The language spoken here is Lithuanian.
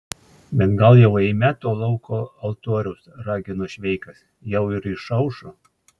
bet gal jau eime to lauko altoriaus ragino šveikas jau ir išaušo